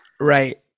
Right